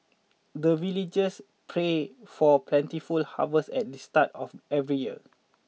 the villagers pray for plentiful harvest at the start of every year